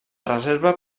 reserva